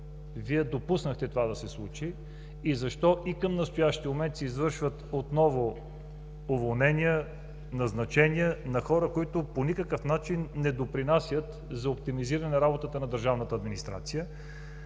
защо допуснахте това да се случи и защо и към настоящия момент се извършват отново уволнения, назначения на хора, които по никакъв начин не допринасят за оптимизиране на работата на държавната администрация?